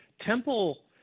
Temple